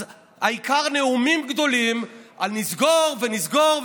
אז העיקר נאומים גדולים על נסגור ונסגור,